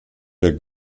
der